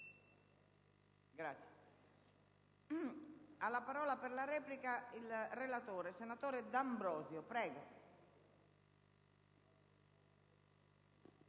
Grazie,